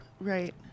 Right